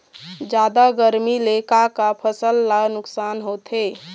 जादा गरमी ले का का फसल ला नुकसान होथे?